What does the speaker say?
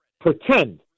Pretend